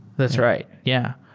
that's right. yeah.